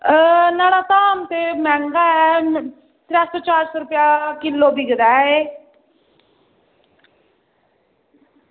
नुहाड़ा भाऽ ते मैंह्गा ऐ त्रै सौ चार सौ रपेआ किलो बिकदा एह्